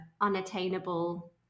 unattainable